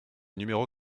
numéro